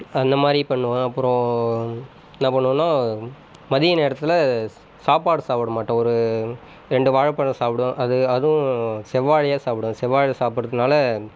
அந்த மாதிரி பண்ணுவேன் அப்புறம் என்ன பண்ணுவேன்னா மத்திய நேரத்தில் சாப்பாடு சாப்பிட மாட்டேன் ஒரு ரெண்டு வாழைபழம் சாப்பிடுவேன் அது அதுவும் செவ்வாழையாக சாப்பிடுவேன் செவ்வாழை சாப்பிட்டுறத்துனால